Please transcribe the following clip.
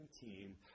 team